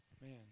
Man